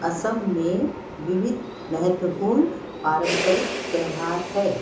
असम में विविध महत्वपूर्ण पारम्परिक त्योहार हैं